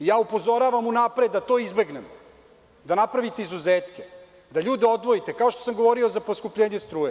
Upozoravam unapred, da to izbegnemo, da napravite izuzetke, da ljude odvojite, kao što sam govorio za poskupljenje struje.